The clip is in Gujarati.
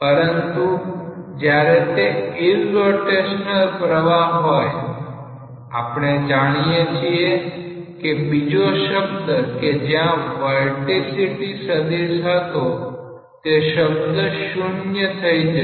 પરંતુ જ્યારે તે ઈરરોટેશનલ પ્રવાહ હોય આપણે જાણીએ છીએ કે બીજો શબ્દ કે જ્યાં વર્ટેસિટી સદીશ હતો તે શબ્દ શૂન્ય થઈ જશે